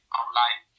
online